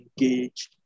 engage